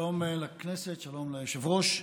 שלום לכנסת, שלום ליושב-ראש.